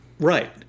Right